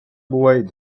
бувають